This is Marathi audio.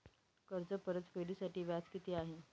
कर्ज परतफेडीसाठी व्याज किती आहे?